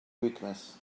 weakness